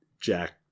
jack